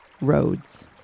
roads